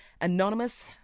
Anonymous